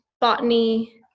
botany